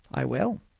i will.